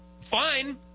Fine